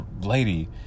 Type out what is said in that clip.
lady